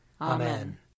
Amen